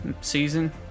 season